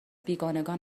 بیگانگان